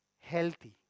healthy